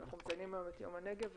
מציינים את יום הנגב,